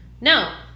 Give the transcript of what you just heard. no